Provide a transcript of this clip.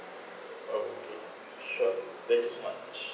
okay sure thank you so much